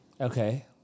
Okay